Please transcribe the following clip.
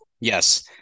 yes